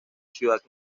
ciudad